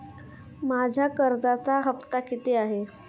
माझा कर्जाचा हफ्ता किती आहे?